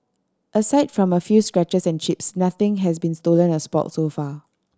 aside from a few scratches and chips nothing has been stolen or sport so far